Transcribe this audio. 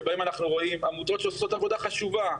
שבהם אנחנו רואים עמותות שעושות עבודה חשובה,